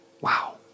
Wow